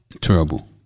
Terrible